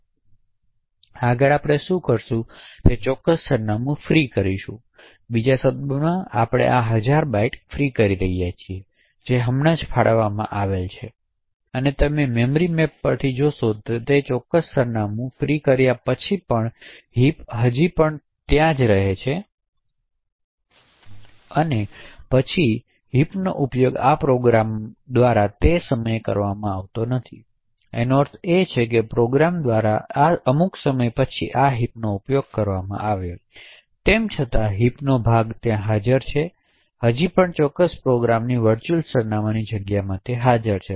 આગળ આપણે શું કરીશું તે ચોક્કસ સરનામું ફ્રી કરીશું બીજા શબ્દોમાં આપણે આ હજાર બાઇટ્સ ફ્રી કરી રહ્યા છીએ જે હમણાં ફાળવવામાં આવેલ છે અને તમે મેમરી મેપ પરથી જે જોશો તે તે છે કે તે ચોક્કસ સરનામું ફ્રી કર્યા પછી પણ હિપ હજી પણ તે જ રહે છે કે ત્યાં છે છતાં પણ હિપનો ઉપયોગ આ પ્રોગ્રામ દ્વારા તે સમયે કરવામાં આવતો નથી તેથી તેનો અર્થ એ છે કે પ્રોગ્રામ દ્વારા સમય પછી આ હિપનો ઉપયોગ કરવામાં આવ્યો નથી તેમ છતાં હિપ ભાગ છે હજી પણ ચોક્કસ પ્રોગ્રામની વર્ચુઅલ સરનામાંની જગ્યામાં હાજર છે